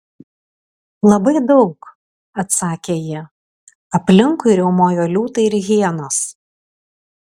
labai daug atsakė ji aplinkui riaumojo liūtai ir hienos